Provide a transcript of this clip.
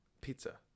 Pizza